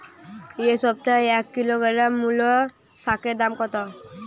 এ সপ্তাহে এক কিলোগ্রাম মুলো শাকের দাম কত?